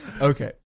Okay